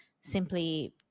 simply